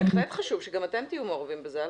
שגם אתם תהיו מעורבים בזה.